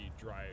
dry